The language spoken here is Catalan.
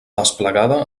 desplegada